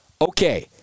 Okay